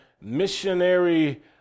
missionary